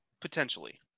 Potentially